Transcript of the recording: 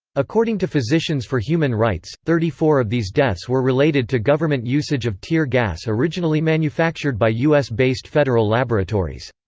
according to physicians for human rights, thirty four of these deaths were related to government usage of tear gas originally manufactured by u s based federal laboratories.